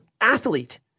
athlete